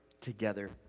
together